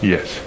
Yes